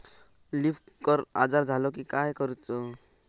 Leaf curl आजार झालो की काय करूच?